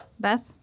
Beth